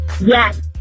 Yes